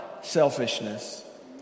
selfishness